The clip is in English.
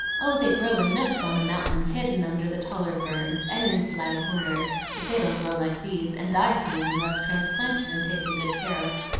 oh, they grow in nooks on the mountain hidden under the taller ferns, and in sly corners. but they don't grow like these, and die soon unless transplanted and taken good care of.